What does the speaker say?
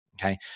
Okay